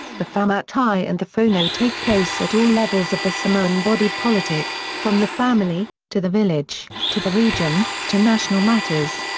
the fa'amatai and the fono take place at all levels of the samoan body politic, from the family, to the village, to the region, to national matters.